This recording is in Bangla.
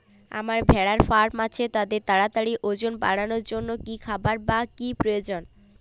আমার ভেড়ার ফার্ম আছে তাদের তাড়াতাড়ি ওজন বাড়ানোর জন্য কী খাবার বা কী প্রয়োজন?